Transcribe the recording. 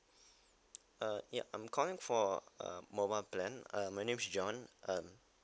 uh yup I'm calling for a mobile plan uh my name's john um